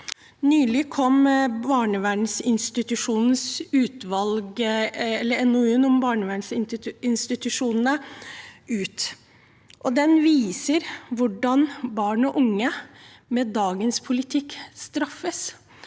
Nylig kom NOU-en om barnevernsinstitusjonene ut. Den viser hvordan barn og unge straffes med dagens politikk.